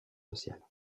social